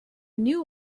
new